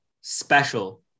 special